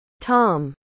Tom